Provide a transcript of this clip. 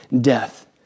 death